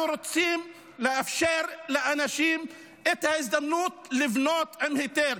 אנחנו רוצים לאפשר לאנשים את ההזדמנות לבנות עם היתר.